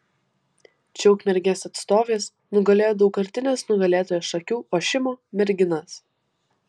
čia ukmergės atstovės nugalėjo daugkartines nugalėtojas šakių ošimo merginas